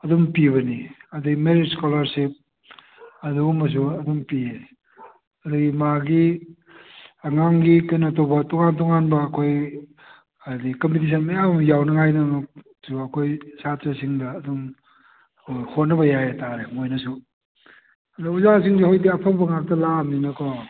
ꯑꯗꯨꯝ ꯄꯤꯕꯅꯤ ꯑꯗꯩ ꯃꯦꯔꯤꯠ ꯏꯁꯀꯣꯂꯥꯔꯁꯤꯞ ꯑꯗꯨꯒꯨꯝꯕꯁꯨ ꯑꯗꯨꯝ ꯄꯤꯌꯦ ꯑꯗꯒꯤ ꯃꯥꯒꯤ ꯑꯉꯥꯡꯒꯤ ꯀꯩꯅꯣ ꯇꯧꯕ ꯇꯣꯉꯥꯟ ꯇꯣꯉꯥꯟꯕ ꯑꯩꯈꯣꯏ ꯍꯥꯏꯗꯤ ꯀꯝꯄꯤꯇꯤꯁꯟ ꯃꯌꯥꯝ ꯑꯃ ꯌꯥꯎꯅꯉꯥꯏꯒꯤꯃꯛꯇꯁꯨ ꯑꯩꯈꯣꯏ ꯁꯥꯇ꯭ꯔꯁꯤꯡꯗ ꯑꯗꯨꯝ ꯍꯣꯠꯅꯕ ꯌꯥꯏ ꯍꯥꯏ ꯇꯥꯔꯦ ꯃꯣꯏꯅꯁꯨ ꯑꯗꯨ ꯑꯣꯖꯥꯁꯤꯡꯗꯤ ꯍꯧꯖꯤꯛꯇꯤ ꯑꯐꯕ ꯉꯥꯛꯇ ꯂꯥꯛꯑꯕꯅꯤꯅꯀꯣ